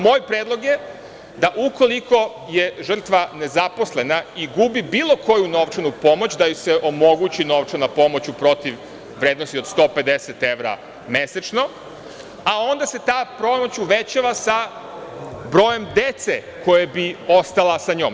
Moj predlog je da ukoliko je žrtva nezaposlena i gubi bilo koju novčanu pomoć da joj se omogući novčana pomoć u protivvrednosti od 150 evra mesečno, a onda se ta pomoć uvećava sa brojem dece koja bi ostala sa njom.